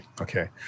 okay